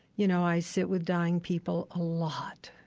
you know, i sit with dying people a lot.